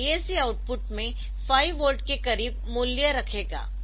तो DAC output में 5 volt के करीब मूल्य रखेगा